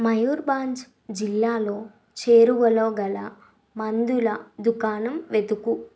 మయూర్భాంజ్ జిల్లాలో చేరువలో గల మందుల దుకాణం వెతుకుము